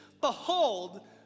Behold